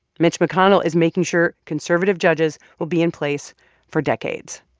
mitch mcconnell is making sure conservative judges will be in place for decades.